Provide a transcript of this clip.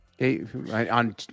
On